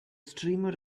streamer